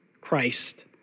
Christ